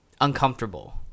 uncomfortable